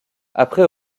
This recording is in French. après